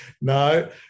no